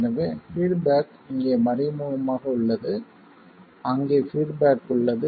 எனவே பீட்பேக் இங்கே மறைமுகமாக உள்ளது அங்கே பீட்பேக் உள்ளது